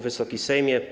Wysoki Sejmie!